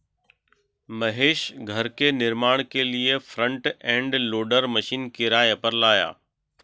महेश घर के निर्माण के लिए फ्रंट एंड लोडर मशीन किराए पर लाया